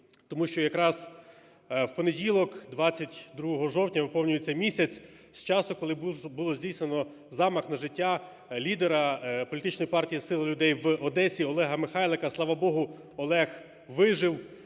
Тому що якраз в понеділок 22 жовтня виповнюється місяць з часу, коли було здійснено замах на життя лідера політичної партії "Сила людей" в Одесі Олега Михайлика. Слава Богу, Олег вижив